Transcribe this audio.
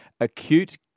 acute